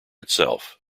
itself